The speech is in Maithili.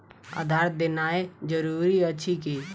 आधार देनाय जरूरी अछि की?